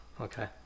Okay